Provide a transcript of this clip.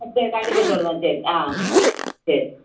ம் சரி கண்டிப்பாக சொல்லுறோம் சரி ஆ சரி